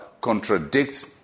contradicts